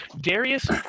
Darius